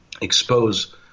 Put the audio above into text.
expose